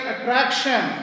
attraction